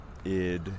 id